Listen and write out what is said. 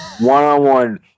one-on-one